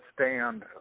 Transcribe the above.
stand